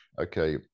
okay